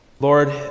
Lord